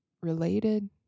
related